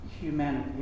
humanity